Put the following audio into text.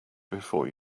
before